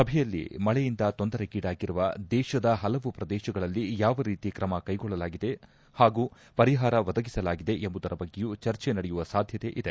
ಸಭೆಯಲ್ಲಿ ಮಳೆಯಿಂದ ತೊಂದರೆಗೀಡಾಗಿರುವ ದೇಶದ ಹಲವು ಪ್ರದೇಶಗಳಲ್ಲಿ ಯಾವ ರೀತಿ ಕ್ರಮ ಕೈಗೊಳ್ಳಲಾಗಿದೆ ಹಾಗೂ ಪರಿಹಾರ ಒದಗಿಸಲಾಗಿದೆ ಎಂಬುದರ ಬಗ್ಗೆಯೂ ಚರ್ಚೆ ನಡೆಯುವ ಸಾಧ್ಯತೆ ಇದೆ